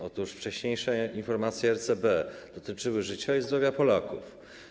Otóż wcześniejsze informacje RCB dotyczyły życia i zdrowia Polaków.